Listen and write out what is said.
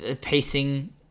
pacing